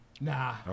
Nah